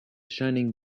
shining